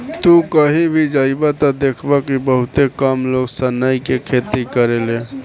तू कही भी जइब त देखब कि बहुते कम लोग सनई के खेती करेले